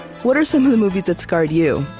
what are some of the movies that scarred you?